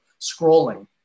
scrolling